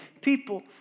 people